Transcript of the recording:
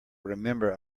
remember